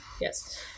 Yes